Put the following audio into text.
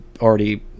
already